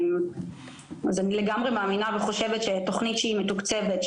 אני לגמרי מאמינה וחושבת שתוכנית שהיא מתוקצבת,